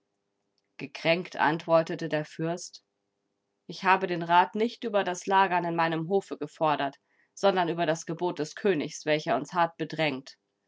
gekränkt antwortete der fürst ich habe den rat nicht über das lagern in meinem hofe gefordert sondern über das gebot des königs welches uns hart bedrängt